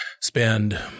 spend